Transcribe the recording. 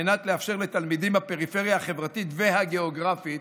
על מנת לאפשר לתלמידים בפריפריה החברתית והגיאוגרפית